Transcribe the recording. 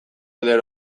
eder